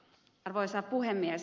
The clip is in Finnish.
arvoisa puhemies